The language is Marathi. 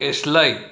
इलाई